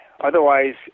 Otherwise